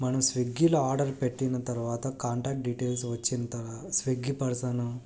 మనం స్విగ్గీలో ఆర్డర్ పెట్టిన తర్వాత కాంటాక్ట్ డిటైల్స్ వచ్చిన తర్వాత స్విగ్గీ పర్సను